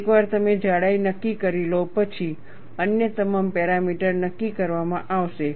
એકવાર તમે જાડાઈ નક્કી કરી લો પછી અન્ય તમામ પેરામીટર નક્કી કરવામાં આવશે